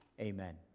Amen